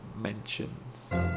mentions